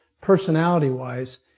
personality-wise